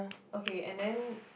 okay and then